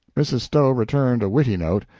mrs. stowe returned a witty note,